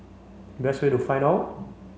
best way to find out